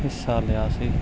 ਹਿੱਸਾ ਲਿਆ ਸੀ